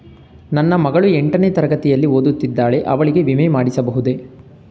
ನನ್ನ ಮಗಳು ಎಂಟನೇ ತರಗತಿಯಲ್ಲಿ ಓದುತ್ತಿದ್ದಾಳೆ ಅವಳಿಗೆ ವಿಮೆ ಮಾಡಿಸಬಹುದೇ?